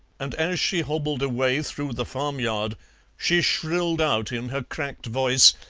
and as she hobbled away through the farmyard she shrilled out in her cracked voice,